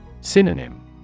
Synonym